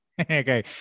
Okay